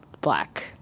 black